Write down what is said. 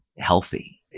Healthy